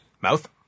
Mouth